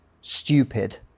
stupid